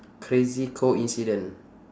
crazy coincidence